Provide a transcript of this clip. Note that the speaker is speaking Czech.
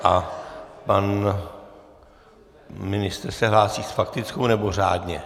A pan ministr se hlásí s faktickou, nebo řádně?